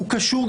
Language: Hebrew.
והוא קשור,